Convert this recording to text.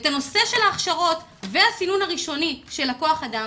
את הנושא של ההכשרות והסינון הראשוני של כוח האדם,